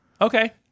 Okay